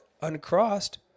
uncrossed